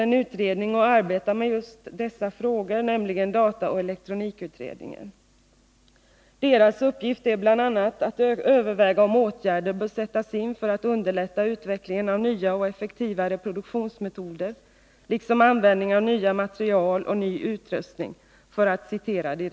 En utredning arbetar också med just dessa frågor, nämligen dataoch elektronikkommittén. Dess uppgift är bl.a. att, som det står i direktiven, överväga om åtgärder bör sättas in för att underlätta utvecklingen av nya och effektivare produktionsmetoder liksom användningen av nya material och ny utrustning.